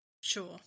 Sure